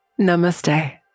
Namaste